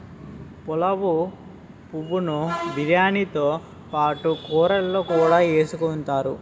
పులావు పువ్వు ను బిర్యానీతో పాటు కూరల్లో కూడా ఎసుకుంతారు